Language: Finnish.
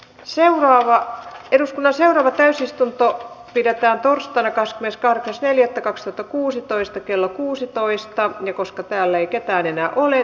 seuralla eduskunnan säätämä täysistunto pidetään torstaina kansalliskaarti neljättä kaksi to kuusitoista kello kuusitoista koska täällä ei ketään enää ole